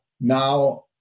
now